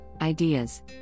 ideas